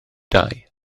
dau